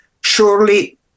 surely